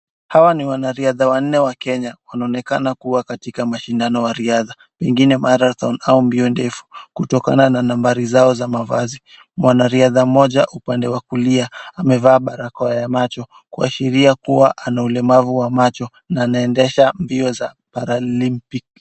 Hawa ni unariadha wanne wa Kenya, wanaonekana kuwa katika mashindano wa riadha. Pengine marathon au mbio ndefu, kutokana na nambari zao za mavazi, mwanariadha mmoja upande wa kulia, amevaa barakoa ya macho, kuashiria kuwa ana ulemavu wa macho na anaendesha mbio za paralympic .